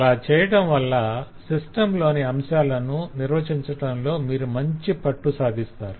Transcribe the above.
అలా చెయ్యడంవల్ల సిస్టం లోని అంశాలను నిర్వచించటంలో మీరు మంచి పట్టు సంపాదిస్తారు